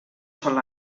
sol